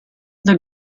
the